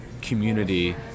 community